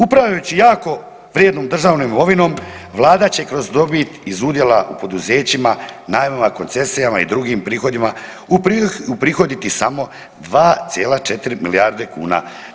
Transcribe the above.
Upravljajući jako vrijednom državnom imovinom, Vlada će i kroz dobit iz udjela poduzećima, najma, koncesijama i drugim prihodima uprihoditi samo 2,4 milijarde kuna.